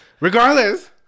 Regardless